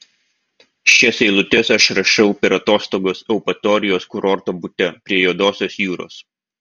šias eilutes aš rašau per atostogas eupatorijos kurorto bute prie juodosios jūros